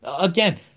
Again